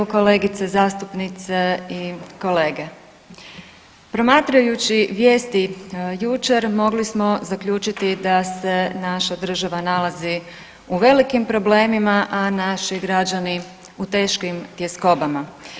Kolegice zastupnice i kolege, promatrajući vijesti jučer mogli smo zaključiti da se naša država nalazi u velikim problemima, a naši građani u teškim tjeskobama.